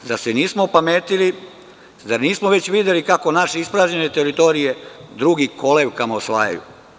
Zar se nismo opametili, zar nismo već videli kako naše ispražnjene teritorije drugi kolevkama osvajaju?